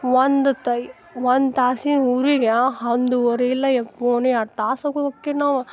ಒಂದು ತೈ ಒಂದು ತಾಸಿನ ಊರಿಗೆ ಒಂದುವರಿ ಇಲ್ಲ ಎಬ್ಬೊಣಿ ಎರಡು ತಾಸಾಗ ಹೊಕ್ಕೀವಿ ನಾವು